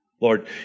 Lord